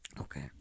Okay